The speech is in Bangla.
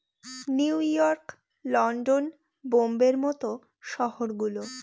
নিউ ইয়র্ক, লন্ডন, বোম্বের মত শহর গুলো